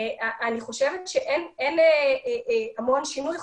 אני חושבת שאין שינוי גדול,